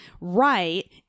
right